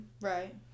Right